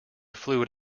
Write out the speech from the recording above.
fluid